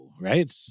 Right